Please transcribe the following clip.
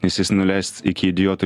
nes jis nuleis iki idiotų